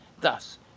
Thus